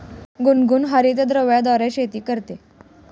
गुनगुन हरितगृहाद्वारे शेती करते